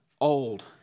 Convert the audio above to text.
old